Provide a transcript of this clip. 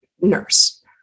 nurse